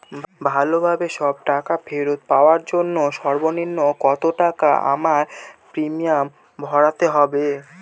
ভালোভাবে সব টাকা ফেরত পাওয়ার জন্য সর্বনিম্ন কতটাকা আমায় প্রিমিয়াম ভরতে হবে?